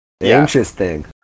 interesting